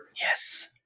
Yes